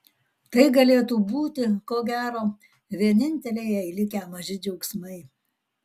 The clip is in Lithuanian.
tai galėtų būti ko gero vieninteliai jai likę maži džiaugsmai